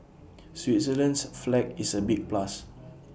Switzerland's flag is A big plus